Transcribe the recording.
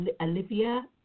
Olivia